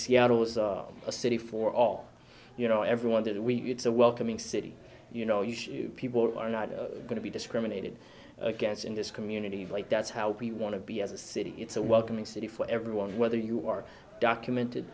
seattle is a city for all you know everyone that we it's a welcoming city you know you shoot people are not going to be discriminated against in this community of like it's how we want to be as a city it's a welcoming city for everyone whether you are documented